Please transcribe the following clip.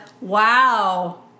wow